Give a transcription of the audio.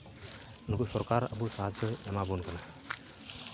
ᱱᱩᱠᱩ ᱥᱚᱨᱠᱟᱨ ᱟᱵᱚ ᱥᱟᱦᱟᱡᱽᱡᱚᱭ ᱮᱢᱟᱵᱚᱱ ᱠᱟᱱᱟ